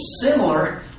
similar